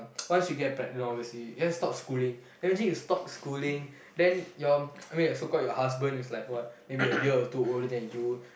once you get pregnant obviously just stop schooling imagine you stop schooling then your I mean your so called your husband is like what maybe a year or two older than you